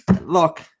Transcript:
look